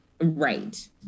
Right